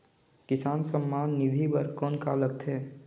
किसान सम्मान निधि बर कौन का लगथे?